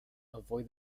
avoid